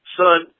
son